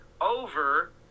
over